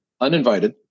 uninvited